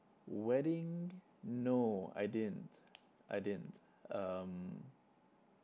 wedding no I didn't I didn't um